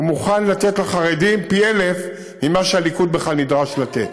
הוא מוכן לתת לחרדים פי אלף ממה שהליכוד בכלל נדרש לתת.